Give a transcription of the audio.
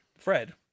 Fred